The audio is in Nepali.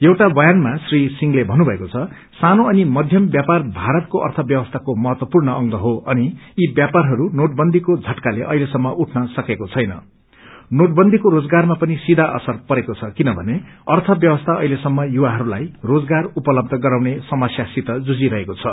एउटा बयानामा श्री सिंहले भन्नुभएको छ सानो अनि मध्यम व्यापार भारतको अर्थ व्यवस्थाको महत्वपूर्ण अंग हो अनि यी व्यापारहरू नोटबनदीको झटकाले रोजगारमा पनि सीधा असर परेको छ किनभने अर्थ व्यवस्था अहिले सम्म युवाहरूलाई रोजगार उपलब्ध गराउने समस्यासित जुझिरहेको छ